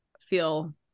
feel